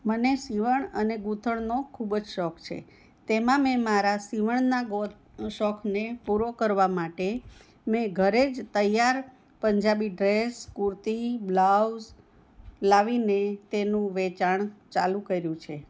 મને સીવણ અને ગૂંથણનો ખૂબ જ શોખ છે તેમાં મેં મારા સીવણના ગોખ શોખને પૂરો કરવા માટે મેં ઘરે જ તૈયાર પંજાબી ડ્રેસ કુર્તી બ્લાઉઝ લાવીને તેમનું વેચાણ ચાલું કર્યું છે